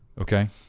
Okay